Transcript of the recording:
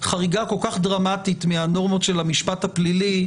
חריגה כל כך דרמטית מהנורמות של המשפט הפלילי,